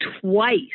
twice